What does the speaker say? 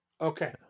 Okay